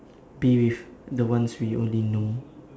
be with the ones we only know